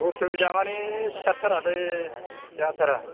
उसुबिदा मानि सिखारथारालै जाथारा